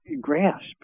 grasp